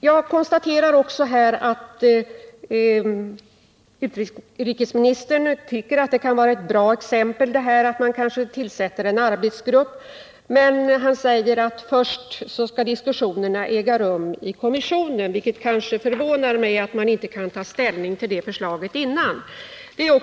Jag konstaterar också att utrikesministern tycker det kan vara ett bra exempel att tillsätta en arbetsgrupp, men han säger att först skall diskussionerna i kommissionen äga rum. Det förvånar mig att man inte kan ta ställning till förslaget innan dess.